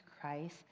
Christ